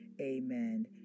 amen